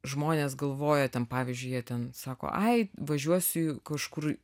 žmonės galvoja ten pavyzdžiui jie ten sako ai važiuosiu kažkur